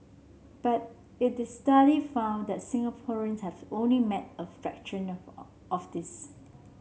but it is study found that Singaporeans have only met a fraction of of this